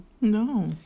No